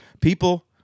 People